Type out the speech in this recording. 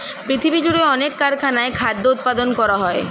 পৃথিবীজুড়ে অনেক কারখানায় খাদ্য উৎপাদন করা হয়